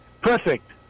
Perfect